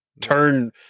turn